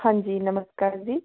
ਹਾਂਜੀ ਨਮਸਕਾਰ ਜੀ